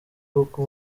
kuko